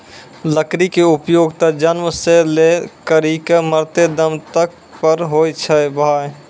लकड़ी के उपयोग त जन्म सॅ लै करिकॅ मरते दम तक पर होय छै भाय